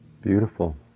Beautiful